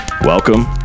Welcome